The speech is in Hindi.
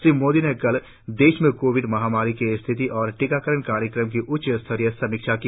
श्री मोदी ने कल देश में कोविड महामारी की स्थिति और टीकाकरण कार्यक्रम की उच्चस्तरीय समीक्षा की